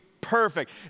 perfect